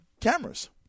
cameras